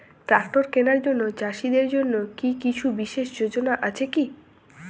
Tractor কেনার জন্য চাষীদের জন্য কী কিছু বিশেষ যোজনা আছে কি?